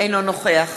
אינו נוכח